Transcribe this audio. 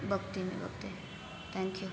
बघते मी बघते थँक्यू